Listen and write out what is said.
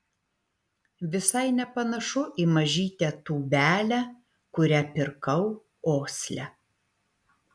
visai nepanašu į mažytę tūbelę kurią pirkau osle